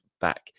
back